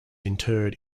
interred